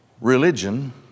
religion